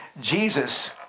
Jesus